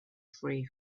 three